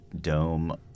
dome